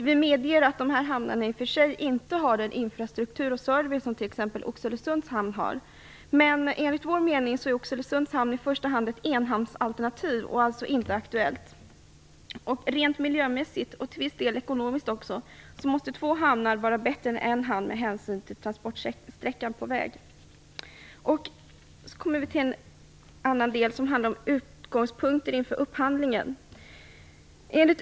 Vi medger att de hamnarna i och för sig inte har en infrastruktur och service som t.ex. Oxelösunds hamn har. Men enligt vår mening är Oxelösunds hamn i första hand ett enhamnsalternativ och alltså inte aktuellt. Rent miljömässigt och till viss del också ekonomiskt måste två hamnar vara bättre än en hamn med hänsyn till transportsträckan på väg. Jag kommer nu till utgångspunkter inför upphandlingen.